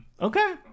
Okay